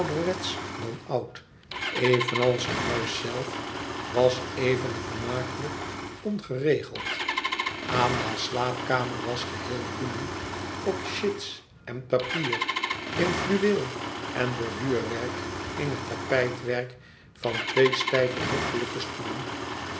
dan oud evenals het huis zelf was even vermakelijk ongeregeld ada's slaapkamer was geheel bloemen op chits en papier in fluweel en borduurwerk in het tapijtwerk van twee stijve hoffelijke stoelen